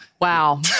Wow